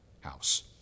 house